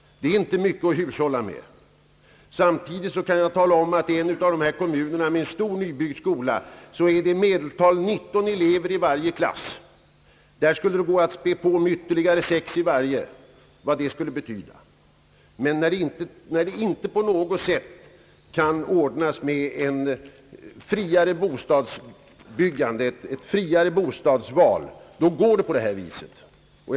Det är inte mycket att hushålla med. Samtidigt kan jag tala om att man i en av ifrågavarande kommuner — med en stor nybyggd skola — i medeltal har 19 elever i varje klass. Detta antal skulle kunna spädas på med ytterligare 6 elever — och vad skulle inte det betyda! Men när det inte på något sätt kan ordnas med ett friare bostadsbyggande och ett friare bostadsval, då går det på det här sättet.